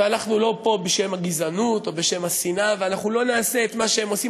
ואנחנו לא פה בשם הגזענות או בשם השנאה ואנחנו לא נעשה את מה שהם עושים,